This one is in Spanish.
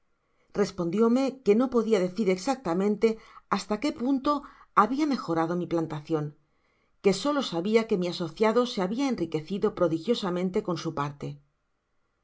respondiome que no podia decir exactamente hasta qué punto habia mejorado mi plantacion que solo sabia que mi asociado se habia enriquecido prodigiosamente con su parte